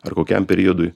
ar kokiam periodui